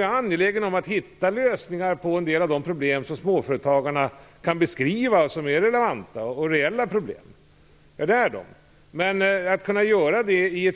Jag är angelägen om att i ett större perspektiv finna lösningar på en del av småföretagarnas relevanta och reella problem, så att man inte hamnar i en